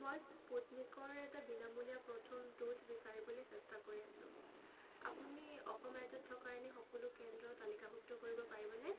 মই স্পুটনিকৰ এটা বিনামূলীয়া প্ৰথম ড'জ বিচাৰিবলৈ চেষ্টা কৰি আছো আপুনি অসম ৰাজ্যত থকা এনে সকলো কেন্দ্ৰ তালিকাভুক্ত কৰিব পাৰিবনে